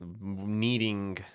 needing